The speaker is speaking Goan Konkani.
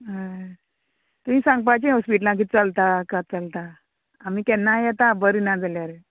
हय तुमी सांगपाचें हॉस्पिटलां कितें चलता कात चलता आमी केन्नाय येता बरी ना जाल्यार